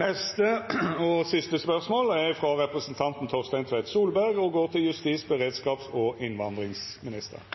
«Da Stortinget vedtok innkjøp av nye redningshelikoptre ble det